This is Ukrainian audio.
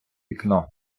вікно